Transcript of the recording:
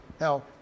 Now